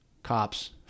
Cops